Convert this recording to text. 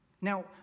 Now